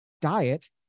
diet